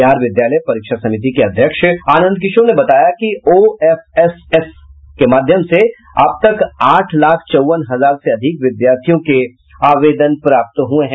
बिहार विद्यालय परीक्षा समिति के अध्यक्ष आनंद किशोर ने बताया कि ओएफएसएस के माध्यम से अब तक आठ लाख चौवन हजार से अधिक विद्यार्थियों के आवेदन प्राप्त हुए हैं